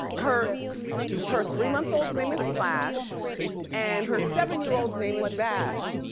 her her three month old's name is slash and her seven year old's name is bash,